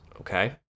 okay